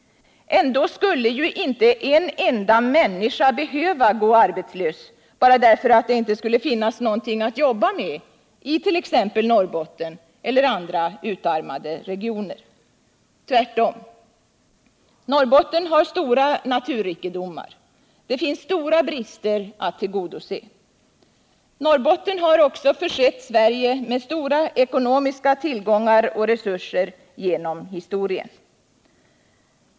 Ändå skulle inte en enda människa behöva gå arbetslös bara därför att det inte skulle finnas något att arbeta med it.ex. Norrbotten eller andra utarmade regioner. Tvärtom! Norrbotten har stora naturrikedomar, det finns stora brister att avhjälpa. Norrbotten har också genom historien försett Sverige med stora ekonomiska tillgångar och resurser.